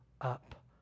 up